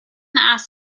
ass